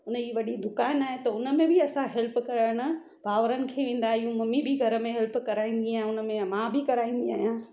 उन जी वॾी दुकान आहे त उन में बि असां हेल्प करण भाउरनि खे वेंदा आहियूं मम्मी बि घर में हेल्प कराईंदी आहे उन में मां बि कराईंदी आहियां